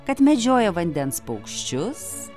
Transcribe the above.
kad medžioja vandens paukščius